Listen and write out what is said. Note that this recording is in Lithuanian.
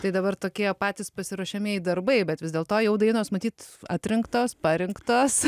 tai dabar tokie patys pasiruošiamieji darbai bet vis dėl to jau dainos matyt atrinktos parinktos